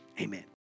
Amen